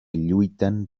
lluiten